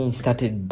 started